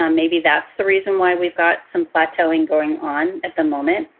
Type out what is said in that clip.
um maybe that's the reason why we've got some plateauing going on at the moment.